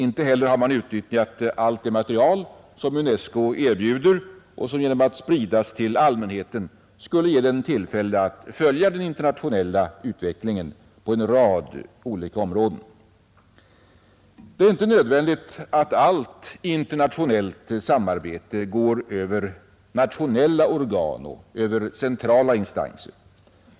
Inte heller har man utnyttjat allt det material som UNESCO erbjuder och som genom att spridas till allmänheten skulle ge den tillfälle att följa den internationella utvecklingen på en rad olika områden. Det är inte nödvändigt att allt internationellt samarbete går över nationella organ och centrala instanser.